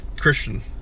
Christian